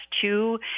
two